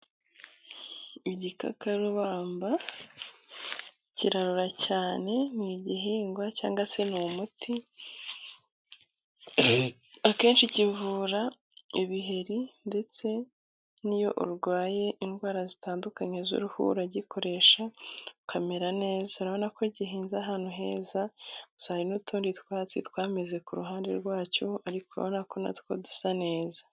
Igikakarubamba kirarura cyane. Ni igihingwa cyangwa se ni umuti. Akenshi kivura ibiheri ndetse n'iyo urwaye indwara zitandukanye z'uruhu uragikoresha, ukamera neza. Urabona ko gihinze ahantu heza, gusa hari n'utundi twatsi twameze ku ruhande rwacyo ariko urabona ko na two dusa neza.